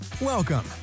Welcome